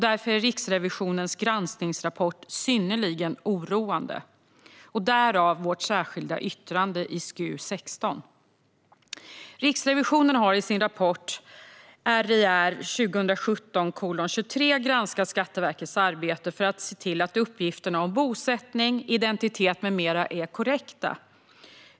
Därför är Riksrevisionens granskningsrapport synnerligen oroande, och därav vårt särskilda yttrande i SkU16. Riksrevisionen har i sin rapport RiR 2017:23 granskat Skatteverkets arbete för att se till att uppgifterna om bosättning, identitet med mera är korrekta.